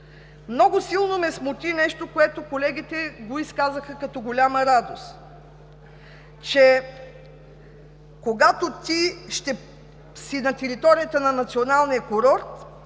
Много силно ме смути нещо, което колегите изказаха като голяма радост, че когато ще си на територията на националния курорт,